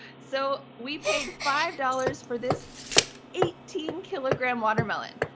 so we paid five dollars for this eighteen kilogram watermelon.